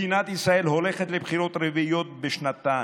מדינת ישראל הולכת לבחירות רביעיות בשנתיים,